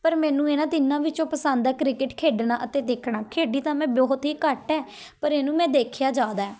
ਪਰ ਮੈਨੂੰ ਇਹਨਾਂ ਤਿੰਨਾਂ ਵਿੱਚੋਂ ਪਸੰਦ ਹੈ ਕ੍ਰਿਕਟ ਖੇਡਣਾ ਅਤੇ ਦੇਖਣਾ ਖੇਡੀ ਤਾਂ ਮੈਂ ਬਹੁਤ ਹੀ ਘੱਟ ਹੈ ਪਰ ਇਹਨੂੰ ਮੈਂ ਦੇਖਿਆ ਜ਼ਿਆਦਾ